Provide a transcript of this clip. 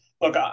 look